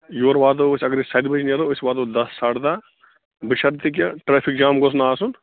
یور واتو أسۍ اگر أسۍ سَتہِ بجہِ نیرو أسۍ واتو دَہ ساڑٕ دَہ بَشرطیکہِ ٹرٛیفِک جام گوٚژھ نہٕ آسُن